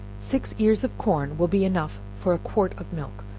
six ears of corn will be enough for a quart of milk,